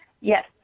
yes